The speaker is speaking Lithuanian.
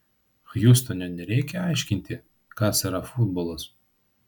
hjustone nereikia aiškinti kas yra futbolas